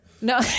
No